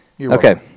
Okay